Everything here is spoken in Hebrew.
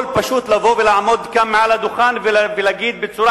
יכול לעמוד כאן מעל הדוכן ולומר בצורה